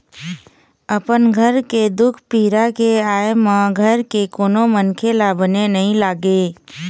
अपन घर के दुख पीरा के आय म घर के कोनो मनखे ल बने नइ लागे